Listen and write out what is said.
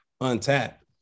untapped